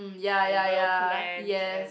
ya ya ya yes